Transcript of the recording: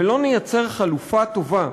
ולא נייצר חלופה טובה,